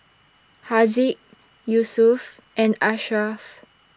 Haziq Yusuf and Ashraff